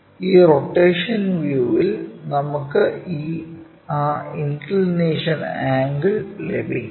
ഈ റൊട്ടേഷൻ വ്യൂവിൽ നമുക്ക് ആ ഇൻക്ക്ളിനേഷൻ ആംഗിൾ ലഭിക്കും